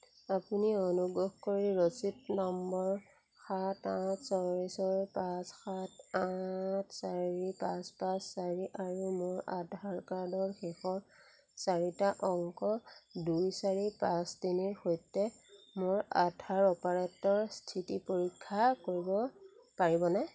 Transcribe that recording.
আপুনি অনুগ্ৰহ কৰি ৰচিদ নম্বৰ সাত আঠ ছয় ছয় পাঁচ সাত আঠ চাৰি পাঁচ পাঁচ চাৰি আৰু মোৰ আধাৰ কাৰ্ডৰ শেষৰ চাৰিটা অংক দুই চাৰি পাঁচ তিনিৰ সৈতে মোৰ আধাৰ অপাৰেটৰ স্থিতি পৰীক্ষা কৰিব পাৰিবনে